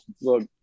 look